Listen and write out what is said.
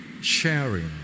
sharing